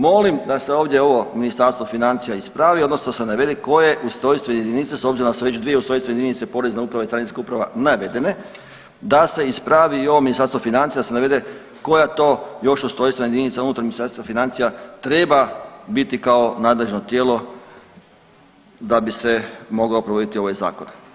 Molim da se ovdje ovo Ministarstvo financija ispravi odnosno da se navede koje ustrojstvene jedinice s obzirom da su već dvije ustrojstvene jedinice Porezna uprava i Carinska uprava navedene da se ispravi i ovo Ministarstvo financija da se navede koja to još ustrojstvena jedinica unutar Ministarstva financija treba biti kao nadležno tijelo da bi se mogao provoditi ovaj zakon.